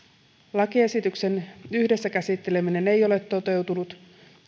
lakiesitysten yhdessä käsitteleminen ei ole toteutunut